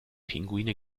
pinguine